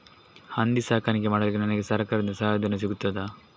ಹಂದಿ ಸಾಕಾಣಿಕೆ ಮಾಡಲಿಕ್ಕೆ ನನಗೆ ಸರಕಾರದಿಂದ ಸಹಾಯಧನ ಸಿಗುತ್ತದಾ?